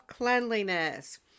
Cleanliness